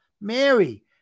Mary